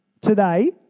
today